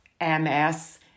MS